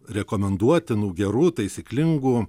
rekomenduotinų gerų taisyklingų